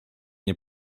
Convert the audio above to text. nie